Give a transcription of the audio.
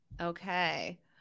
Okay